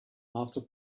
after